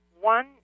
one